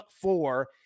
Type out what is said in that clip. four